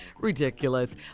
Ridiculous